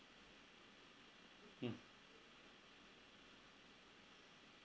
mm